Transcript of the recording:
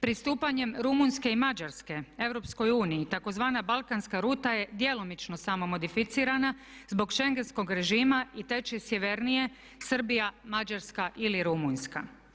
Pristupanjem Rumunjske i Mađarske Europskoj uniji tzv. Balkanska ruta je djelomično samo modificirana zbog šengenskog režima i teče sjevernije, Srbija, Mađarska ili Rumunjska.